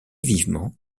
vivement